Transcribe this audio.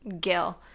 Gil